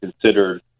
considered